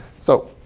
so